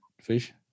Fish